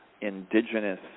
indigenous